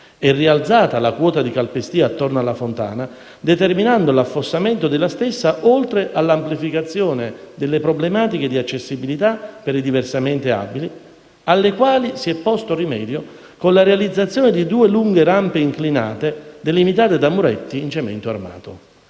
e rialzata la quota di calpestio attorno alla fontana, determinando l'affossamento della stessa oltre all'amplificazione delle problematiche di accessibilità per i diversamente abili, alle quali si è posto rimedio con la realizzazione di due lunghe rampe inclinate delimitate da muretti in cemento armato.